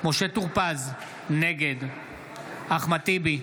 משה טור פז, נגד אחמד טיבי,